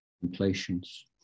contemplations